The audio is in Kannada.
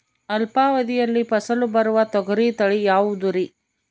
ಅಲ್ಪಾವಧಿಯಲ್ಲಿ ಫಸಲು ಬರುವ ತೊಗರಿ ತಳಿ ಯಾವುದುರಿ?